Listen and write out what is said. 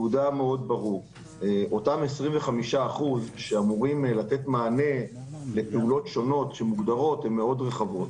אותם 25% אמורים לתת מענה לפעולות שונות שהן מאוד רחבות.